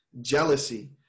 jealousy